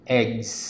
eggs